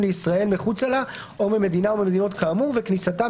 לישראל מחוצה לה או ממדינה או ממדינות כאמור וכניסתם